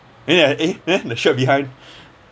then like eh the shirt behind